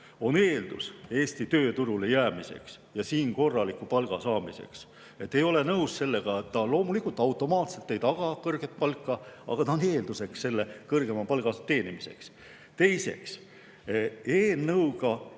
on eeldus Eesti tööturule jäämiseks ja siin korraliku palga saamiseks. See loomulikult automaatselt ei taga kõrget palka, aga see on eelduseks kõrgema palga teenimiseks. Teiseks, eelnõuga